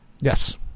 Yes